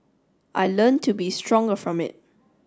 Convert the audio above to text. I learnt to be stronger from it